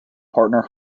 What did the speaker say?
partner